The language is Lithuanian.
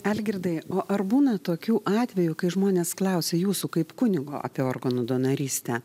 algirdai o ar būna tokių atvejų kai žmonės klausia jūsų kaip kunigo apie organų donorystę